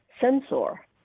sensor